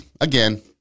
again